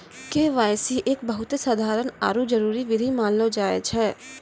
KYC एक बहुते साधारण आरु जरूरी विधि मानलो जाय छै